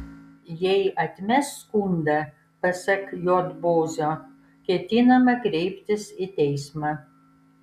jei atmes skundą pasak j bozio ketinama kreiptis į teismą